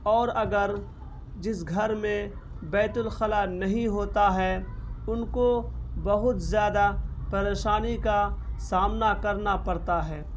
اور اگر جس گھر میں بیت الخلاء نہیں ہوتا ہے ان کو بہت زیادہ پریشانی کا سامنا کرنا پڑتا ہے